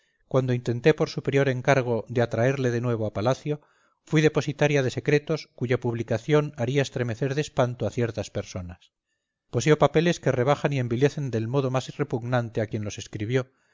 cuando intenté por superior encargo de atraerle de nuevo a palacio fui depositaria de secretos cuya publicación haría estremecer de espanto a ciertas personas poseo papeles que rebajan y envilecen del modo más repugnante a quien los escribió